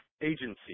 agency